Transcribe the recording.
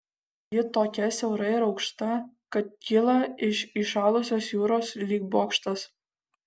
ji tokia siaura ir aukšta kad kyla iš įšalusios jūros lyg bokštas